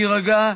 תירגע,